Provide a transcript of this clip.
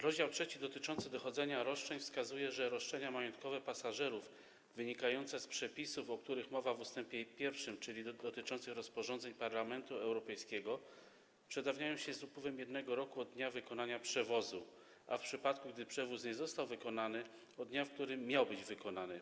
Rozdział 3 dotyczący dochodzenia roszczeń wskazuje, że roszczenia majątkowe pasażerów wynikające z przepisów, o których mowa w ust. 1, czyli dotyczących rozporządzeń Parlamentu Europejskiego, przedawniają się z upływem roku od dnia wykonania przewozu, a w przypadku gdy przewóz nie został wykonany - od dnia, w którym miał być wykonany.